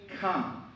come